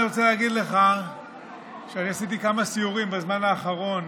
אני רוצה להגיד לך שעשיתי כמה סיורים בזמן האחרון,